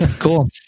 Cool